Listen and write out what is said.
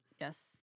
Yes